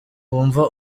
wumva